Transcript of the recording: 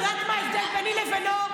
את יודעת מה ההבדל ביני לבינו?